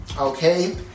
Okay